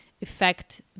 effect